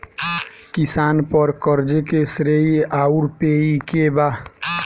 किसान पर क़र्ज़े के श्रेइ आउर पेई के बा?